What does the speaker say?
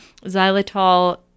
xylitol